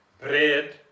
bread